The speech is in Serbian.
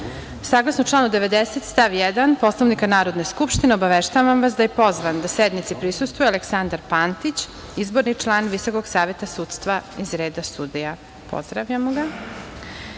reda. Saglasno članu 90. stav 1. Poslovnika Narodne skupštine, obaveštavam vas da je pozvan da sednici prisustvuje Aleksandar Pantić, izborni član Visokog saveta sudstva iz reda sudija. Pozdravljamo